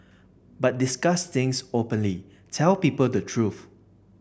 but discuss things openly tell people the truth